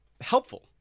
helpful